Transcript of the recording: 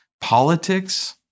politics